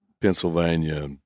Pennsylvania